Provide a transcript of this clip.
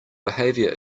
behavior